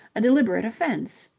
a deliberate offence.